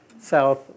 south